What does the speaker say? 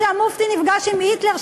כשהמופתי נפגש עם היטלר,